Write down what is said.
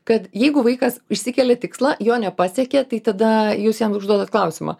kad jeigu vaikas išsikelia tikslą jo nepasiekė tai tada jūs jam užduodat klausimą